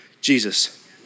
Jesus